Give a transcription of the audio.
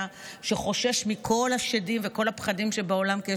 שחושש מכל השדים ומכל הפחדים בעולם,